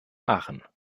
aachen